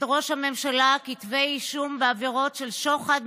ראש הממשלה כתבי אישום בעבירות של שוחד,